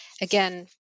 Again